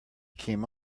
came